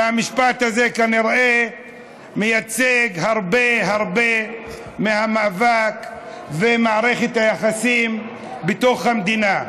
והמשפט הזה כנראה מייצג הרבה הרבה מהמאבק ומערכת היחסים בתוך המדינה.